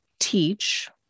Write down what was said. teach